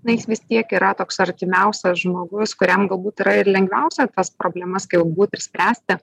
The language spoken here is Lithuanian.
na jis vis tiek yra toks artimiausias žmogus kuriam galbūt yra ir lengviausia tas problemas galbūt ir spręsti